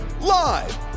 live